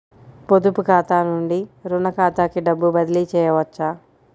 పొదుపు ఖాతా నుండీ, రుణ ఖాతాకి డబ్బు బదిలీ చేయవచ్చా?